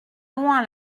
loin